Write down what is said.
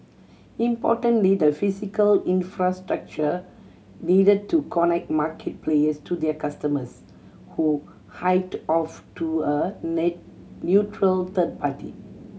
importantly the physical infrastructure needed to connect market players to their customers who hived off to a neutral third party